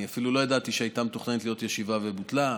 אני אפילו לא ידעתי שהייתה מתוכננת להיות ישיבה ובוטלה.